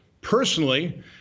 Personally